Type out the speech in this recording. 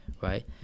Right